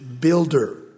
builder